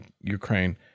Ukraine